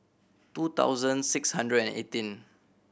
two thousand six hundred and eighteen